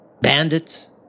bandits